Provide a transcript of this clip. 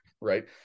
Right